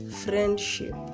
friendship